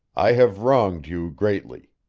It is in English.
i have wronged you greatly,